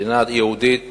מדינה יהודית